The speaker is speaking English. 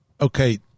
Okay